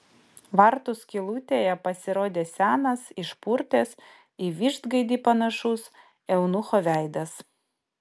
vartų skylutėje pasirodė senas išpurtęs į vištgaidį panašus eunucho veidas